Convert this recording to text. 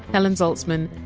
helen zaltzman,